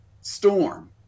storm